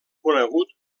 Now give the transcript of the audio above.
conegut